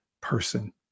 person